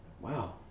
Wow